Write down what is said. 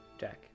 Jack